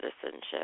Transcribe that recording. citizenship